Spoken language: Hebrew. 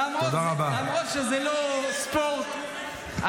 למרות שזה לא ספורט,